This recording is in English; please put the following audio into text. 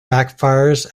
backfires